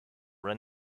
run